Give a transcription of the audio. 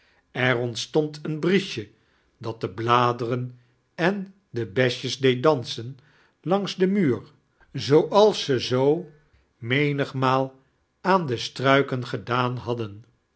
er ontstond een briesje dat de bladeren en de beisjes deed dansen langs den muur zooals ze zoo menigmaal aan de struiken gedaan hadden